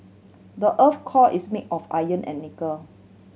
the earth's core is made of iron and nickel